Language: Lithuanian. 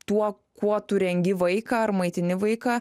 tuo kuo tu rengi vaiką ar maitini vaiką